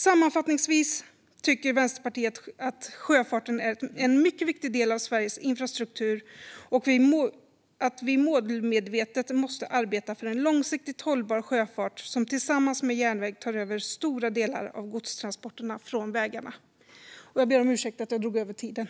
Sammanfattningsvis tycker Vänsterpartiet att sjöfarten är en mycket viktig del av Sveriges infrastruktur och att vi målmedvetet måste arbeta för en långsiktigt hållbar sjöfart som tillsammans med järnväg tar över stora delar av godstransporterna från vägarna.